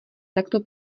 takto